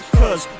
cause